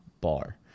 bar